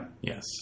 Yes